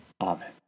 Amen